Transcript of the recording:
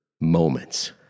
moments